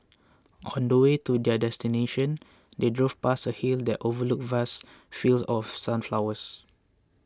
on the way to their destination they drove past a hill that overlooked vast fields of sunflowers